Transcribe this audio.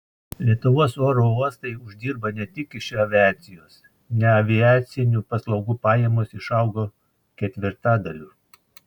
lietuvos oro uostai uždirba ne tik iš aviacijos neaviacinių paslaugų pajamos išaugo ketvirtadaliu